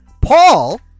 Paul